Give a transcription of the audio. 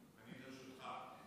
אני לרשותך.